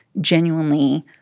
genuinely